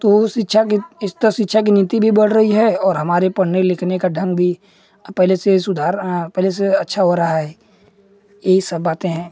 तो शिक्षा के स्तर शिक्षा के नीति भी बढ़ रही है और हमारे पढ़ने लिखने का ढंग भी अब पहले से सुधार पहले से अच्छा हो रहा है यही सब बाते हैं